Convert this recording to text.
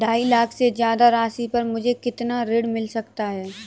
ढाई लाख से ज्यादा राशि पर मुझे कितना ऋण मिल सकता है?